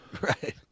Right